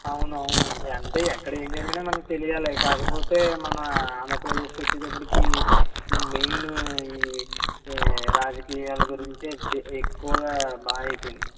అవును అవునండి అంతే ఎక్కడ ఏం జరిగినా మనకి తెలియాలి కాకపోతే మన ఆంధ్రప్రదేశ్కి వచ్చేటప్పడికి మెయిను ఈ రాజకీయాలు గురించే ఇ ఎక్కువగా బాదయిపోయింది